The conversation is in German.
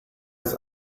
des